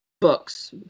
books